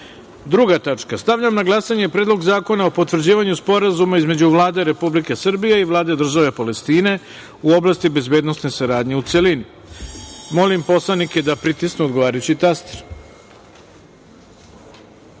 tačka. Stavljam na glasanje Predlog zakona o potvrđivanju Sporazuma između Vlade Republike Srbije i Vlade države Palestine u oblasti bezbednosne saradnje, u celini. Molim narodne poslanike da pritisnu odgovarajući